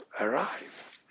arrive